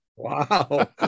Wow